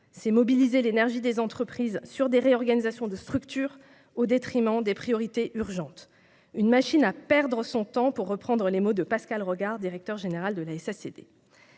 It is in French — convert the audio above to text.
en mobilisant l'énergie des entreprises sur des réorganisations de structure au détriment des priorités urgentes. Bref, c'est « une machine à perdre son temps », pour reprendre les mots de Pascal Rogard, directeur général de la